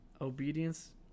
Obedience